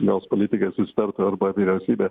gaus politikai susitart arba vyriausybė